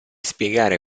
spiegare